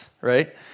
right